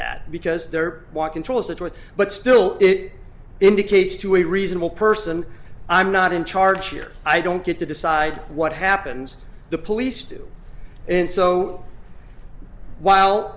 that because they're walking towards the door but still it indicates to a reasonable person i'm not in charge here i don't get to decide what happens the police do and so while